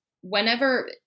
whenever